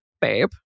babe